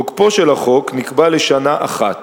תוקפו של החוק נקבע לשנה אחת,